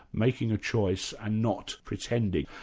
making a choice and not pretending.